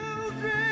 children